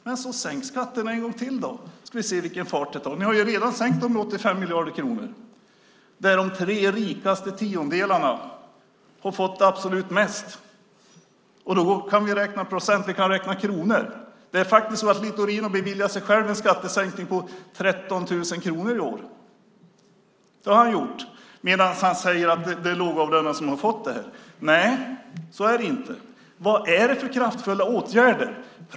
Ja, men sänk skatterna en gång till då, så får vi se vilken fart det blir. Ni har redan sänkt dem med 85 miljarder kronor. De tre rikaste tiondelarna har fått absolut mest. Vi kan räkna kronor. Littorin har beviljat sig själv en skattesänkning på 13 000 kronor i år. Det är inte de lågavlönade som har fått detta även om han säger det. Vad är det för kraftfulla åtgärder?